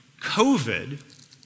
COVID